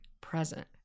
present